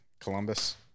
Columbus